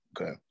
okay